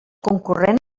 concurrent